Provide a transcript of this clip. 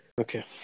Okay